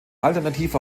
alternativ